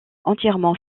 entièrement